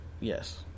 Yes